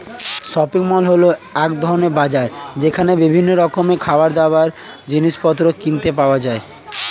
shopping mall হল এক ধরণের বাজার যেখানে বিভিন্ন রকমের খাবারদাবার, জিনিসপত্র কিনতে পাওয়া যায়